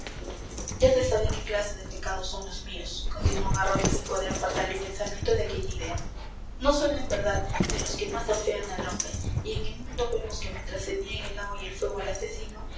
ya se sabe qué clase de pecados son los míos continuó garrote sin poder apartar el pensamiento de aquella idea no son en verdad de los que más afean al hombre y en el mundo vemos que mientras se niega el agua y el fuego al asesino